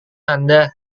anda